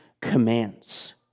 commands